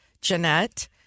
Jeanette